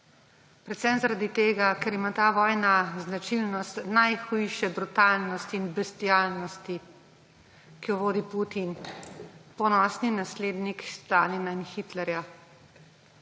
Predvsem zaradi tega, ker ima ta vojna značilnost najhujše brutalnosti in bestialnosti, ki jo vodi Putin, ponosni naslednik Stalina in Hitlerja.